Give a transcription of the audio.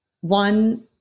One